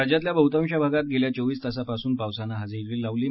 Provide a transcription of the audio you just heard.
राज्यातल्या बहुतांश भागात गेल्या चोवीस तासांपासून पावसानं हजेरी लावली आहे